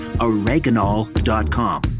oregano.com